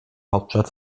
hauptstadt